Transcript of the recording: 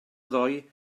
ddoe